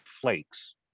flakes